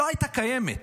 לא הייתה קיימת.